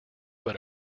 but